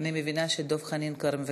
אנחנו עוברים להצעות לסדר-היום